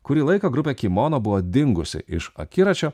kurį laiką grupė kimono buvo dingusi iš akiračio